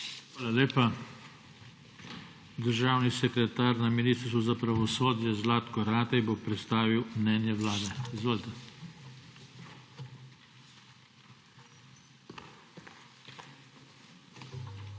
Hvala lepa. Državni sekretar na Ministrstvu za pravosodje Zlatko Ratej bo predstavil mnenje Vlade. Izvolite. ZLATKO